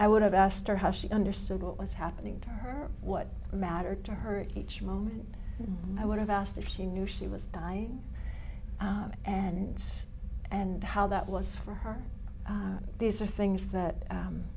i would have asked her how she understood what was happening to her what mattered to her each moment and i would have asked if she knew she was dying and and how that was for her these are things that